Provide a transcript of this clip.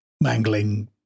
mangling